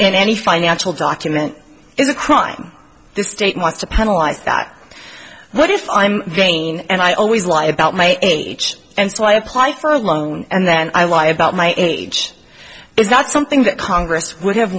in any financial document is a crime this state wants to penalize that but if i'm vain and i always lie about my age and so i apply for a loan and then i lie about my age it's not something that congress would have